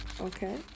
Okay